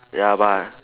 ya but